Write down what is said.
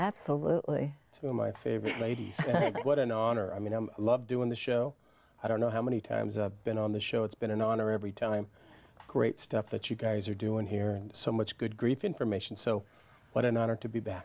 absolutely to my favorite lady what an honor i mean i love doing the show i don't know how many times i've been on the show it's been an honor every telling great stuff that you guys are doing here so much good grief information so what an honor to be ba